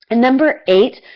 and number eight,